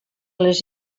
les